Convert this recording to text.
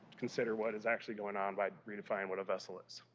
consider what is actually going on by redefining what a vessel is.